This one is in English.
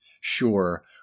sure